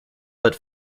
but